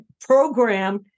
Program